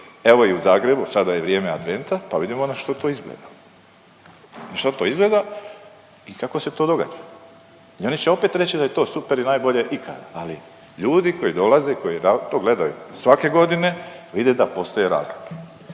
evo i u Zagrebu, sada je vrijeme Adventa pa vidimo na što to izgleda. Na što to izgleda i kako se to događa i oni će opet reći da je to super i najbolje ikada, ali ljudi koji dolaze, koji to gledaju svake godine, vide da postoje razlike.